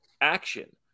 action